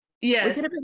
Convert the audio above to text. yes